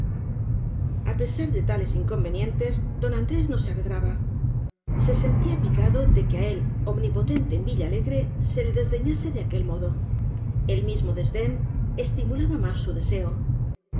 á pesar de tales inconvenientes don andrés no se arredraba se sentía picado de que á él omni potente en villalegre se le desdeñase de aquel mo do el mismo desdén estimulaba más su deseo